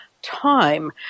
time